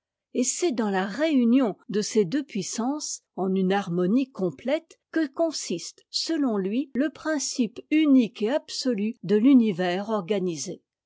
et c'est dans la réunion de cés deux puissances en une harmonie complète que consiste selon lui le principe unique et absolu de l'univers organisé